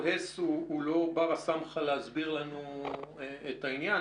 אני מבין שד"ר הס הוא לא בר הסמכא להסביר לנו את העניין,